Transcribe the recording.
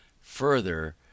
further